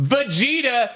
Vegeta